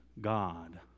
God